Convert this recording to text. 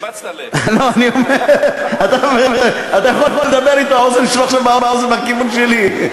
אתה יכול לדבר אתו, האוזן בכיוון שלי.